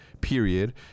period